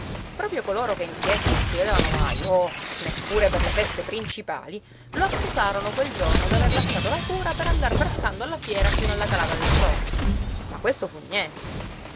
proprio coloro che in chiesa non si vedevano mai oh neppure per le feste principali lo accusarono quel giorno d'aver lasciato la cura per andar braccando alla fiera fino alla calata del sole ma questo fu niente